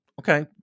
okay